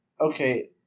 Okay